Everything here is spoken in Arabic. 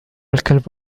الكلب